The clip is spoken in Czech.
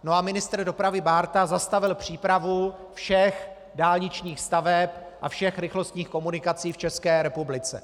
A ministr dopravy Bárta zastavil přípravu všech dálničních staveb a všech rychlostních komunikací v České republice.